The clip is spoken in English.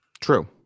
True